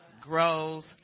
grows